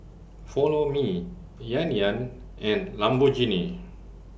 Follow Me Yan Yan and Lamborghini